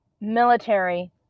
military